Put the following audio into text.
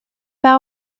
pas